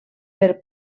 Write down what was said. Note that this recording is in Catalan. per